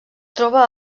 troba